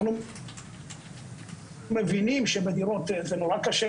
אנחנו מבינים שבדירות זה נורא קשה